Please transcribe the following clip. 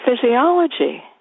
physiology